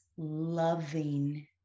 loving